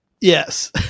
Yes